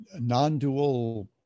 non-dual